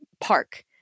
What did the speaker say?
park